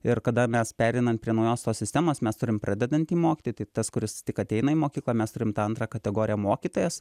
ir kada mes pereinam prie naujos tos sistemos mes turim pradedantį mokyti tai tas kuris tik ateina į mokyklą mes turim tą antrą kategoriją mokytojas